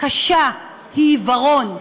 קשה היא עיוורון,